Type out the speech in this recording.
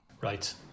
Right